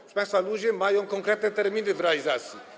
Proszę państwa, ludzie mają konkretne terminy realizacji.